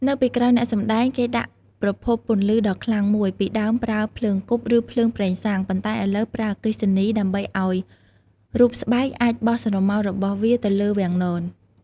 នៅពីក្រោយអ្នកសម្តែង គេដាក់ប្រភពពន្លឺដ៏ខ្លាំងមួយ ពីដើមប្រើភ្លើងគប់ ឬភ្លើងប្រេងសាំង ប៉ុន្តែឥឡូវប្រើអគ្គិសនី ដើម្បីឱ្យរូបស្បែកអាចបោះស្រមោលរបស់វាទៅលើវាំងនន។